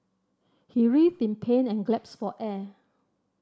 he writhed in pain and gasped for air